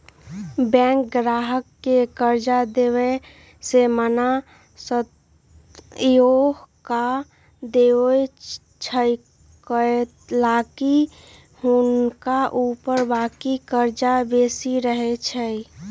bank गाहक के कर्जा देबऐ से मना सएहो कऽ देएय छइ कएलाकि हुनका ऊपर बाकी कर्जा बेशी रहै छइ